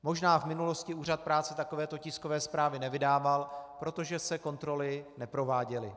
Možná v minulosti úřad práce takovéto tiskové zprávy nevydával, protože se kontroly neprováděly.